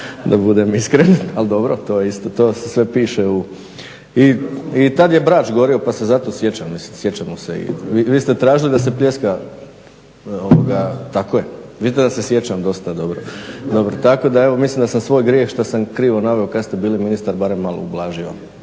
da budem iskren, al to je isto. To se sve piše. I tad je Brač gorio, pa se zato sjećamo, vi ste tražili da se pljeska, vidite da se sjećam dosta dobro. Tako da evo mislim da svoj grijeh što sam krivo naveo kad ste bili ministar barem malo ublažio,